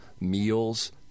meals